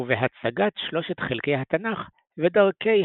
ובהצגת שלושת חלקי התנ"ך ודרכי